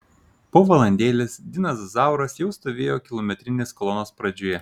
po valandėlės dinas zauras jau stovėjo kilometrinės kolonos pradžioje